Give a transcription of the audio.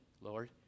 Lord